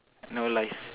no life